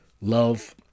love